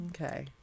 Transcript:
Okay